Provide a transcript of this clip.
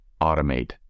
automate